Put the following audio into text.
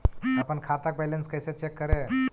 अपन खाता के बैलेंस कैसे चेक करे?